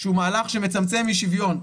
שהוא מהלך שמצמצם אי שוויון,